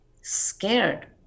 scared